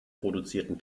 produzierten